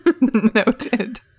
noted